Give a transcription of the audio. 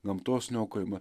gamtos niokojimą